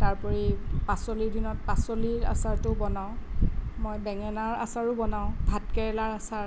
তাৰোপৰি পাচলিৰ দিনত পাচলিৰ আচাৰটো বনাওঁ মই বেঙেনাৰ আচাৰো বনাওঁ ভাতকেৰেলাৰ আচাৰ